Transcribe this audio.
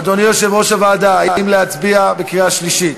אדוני יושב-ראש הוועדה, האם להצביע בקריאה שלישית?